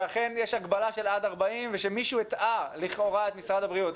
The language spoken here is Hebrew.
שאכן יש הגבלה של עד 40 ושמישהו הטעה לכאורה את משרד הבריאות.